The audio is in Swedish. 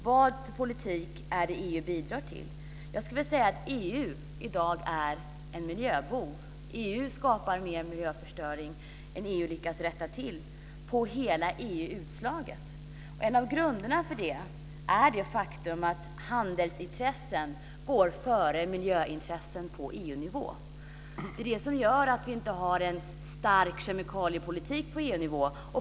Vilken politik är det EU bidrar till? Jag skulle vilja säga att EU är en miljöbov i dag. EU skapar mer miljöförstöring än EU lyckas rätta till utslaget på hela EU. En av grunderna för det är det faktum att handelsintressen går före miljöintressen på EU-nivå. Det är det som gör att vi inte har en stark kemikaliepolitik på EU-nivå.